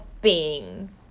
mmhmm